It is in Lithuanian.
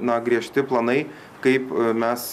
na griežti planai kaip mes